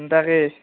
তাকেই